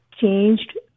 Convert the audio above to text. changed